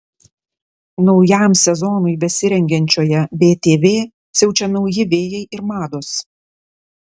naujam sezonui besirengiančioje btv siaučia nauji vėjai ir mados